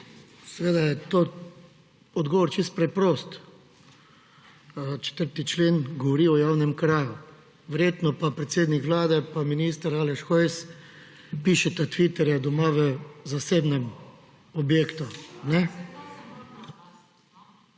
seveda je to odgovor čisto preprost. 4. člen govori o javnem kraju, verjetno pa predsednik Vlade ali pa minister Aleš Hojs pišeta tvite doma v zasebnem objektu.